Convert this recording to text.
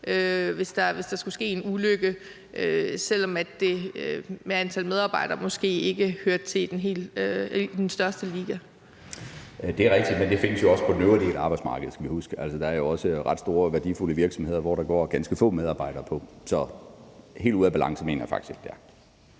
Lind): Ministeren. Kl. 12:58 Erhvervsministeren (Morten Bødskov): Det er rigtigt, men det findes jo også på den øvrige del af arbejdsmarkedet, skal vi huske. Altså, der er jo også ret store værdifulde virksomheder, hvor der går ganske få medarbejdere. Så helt ude af balance mener jeg faktisk ikke det